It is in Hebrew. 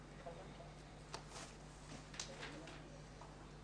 עדנה, בקצרה.